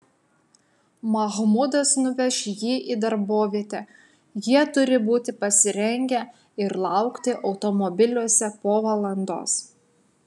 mahmudas nuveš jį į darbovietę jie turi būti pasirengę ir laukti automobiliuose po valandos